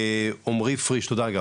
תודה.